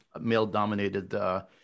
male-dominated